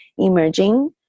emerging